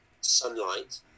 sunlight